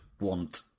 want